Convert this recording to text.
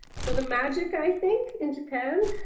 so the magic, i think in japan,